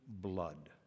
blood